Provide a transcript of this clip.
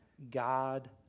God